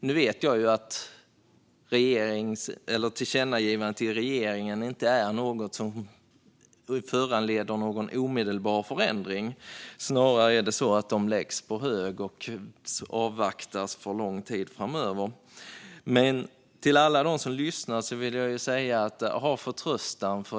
Nu vet jag ju att tillkännagivanden till regeringen inte är något som föranleder någon omedelbar förändring. Snarare läggs de på hög och avvaktas för lång tid framöver. Men till alla som lyssnar vill jag säga: Ha förtröstan!